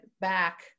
back